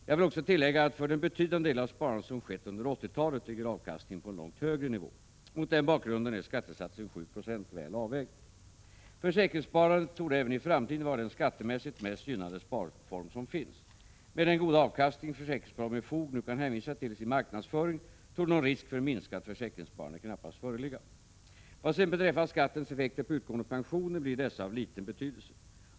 Jag vill också tillägga att för den betydande del av sparandet som skett under 1980-talet ligger avkastningen på en långt högre nivå. Mot denna bakgrund är skattesatsen 7 90 väl avvägd. Prot. 1986/87:15 Försäkringssparandet torde även i framtiden vara den skattemässigt mest 23 oktober 1986 gynnade sparform som finns. Med den goda avkastning försäkringsbolagen med fog nu kan hänvisa till i sin marknadsföring torde någon risk för minskat - försäkringssparande knappast föreligga. Föreslagna skattenspå Vad sedan beträffar skattens effekter på utgående pensioner blir dessa av HYfOPRETUESbolens liten betydelse.